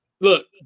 Look